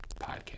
podcast